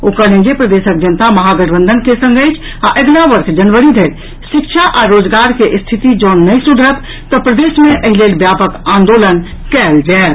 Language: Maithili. ओ कहलनि जे प्रदेशक जनता महा गठबंधन के संग अछि आ अगिला वर्ष जनवरी धरि शिक्षा आ रोजगार के स्थिति जँ नहि सुधरत तऽ प्रदेश मे एहि लेल व्यापक आंदोलन कयल जायत